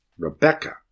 Rebecca